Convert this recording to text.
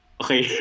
okay